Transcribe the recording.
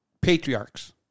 patriarchs